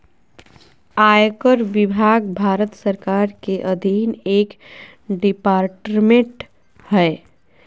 आयकर विभाग भारत सरकार के अधीन एक डिपार्टमेंट हय